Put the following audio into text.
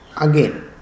again